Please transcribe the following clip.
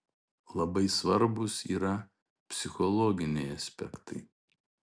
labai svarbūs yra psichologiniai aspektai